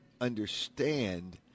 understand